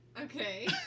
Okay